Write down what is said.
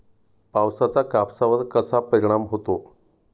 पावसाचा कापसावर कसा परिणाम होतो?